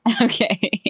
Okay